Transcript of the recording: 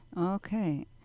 Okay